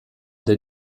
der